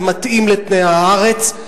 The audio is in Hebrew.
זה מתאים לתנאי הארץ,